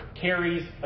carries